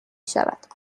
شود